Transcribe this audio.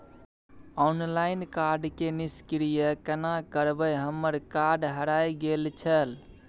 Online card के निष्क्रिय केना करबै हमर कार्ड हेराय गेल छल?